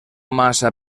massa